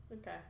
Okay